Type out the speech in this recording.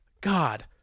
God